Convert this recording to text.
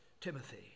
Timothy